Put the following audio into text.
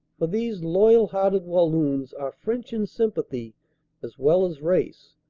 for these loyal-hearted walloons are french in sympathy as well as race,